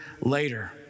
later